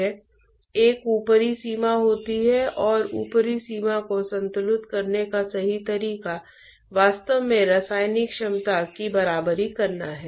तो मान लीजिए कि आपके पास एक पाइप है जहां द्रव वास्तव में पाइप में पंप किया जाता है